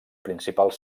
principals